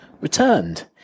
returned